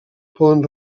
poden